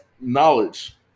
knowledge